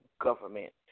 government